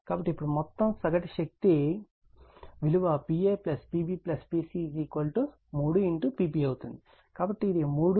కాబట్టి అప్పుడు మొత్తం సగటు శక్తి విలువ Pa Pb Pc 3 Pp అవుతుంది కాబట్టి ఇది 3 Vp Ip cos θ అవుతుంది